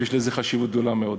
ויש לזה חשיבות גדולה מאוד.